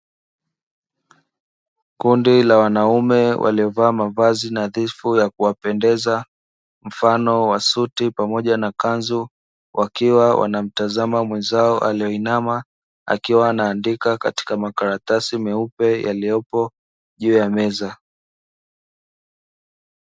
Kundi la wanaume waliovaa mavazi nadhifu ya kuwapendeza mfano wa suti pamoja na kanzu wakiwa wanamtazama mwenzao aliye inama akiwa anaandika katika makaratasi meupe yaliyopo juu ya meza.